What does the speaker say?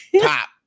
top